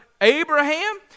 Abraham